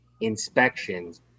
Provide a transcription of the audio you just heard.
inspections